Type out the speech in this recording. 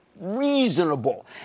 Reasonable